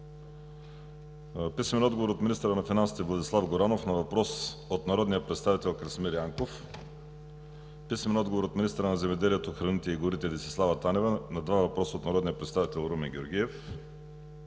Любомир Бонев; - министъра на финансите Владислав Горанов на въпрос от народния представител Красимир Янков; - министъра на земеделието, храните и горите Десислава Танева на два въпроса от народния представител Румен Георгиев;